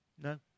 No